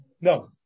No